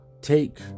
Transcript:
take